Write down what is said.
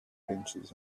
pinches